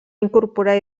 incorporar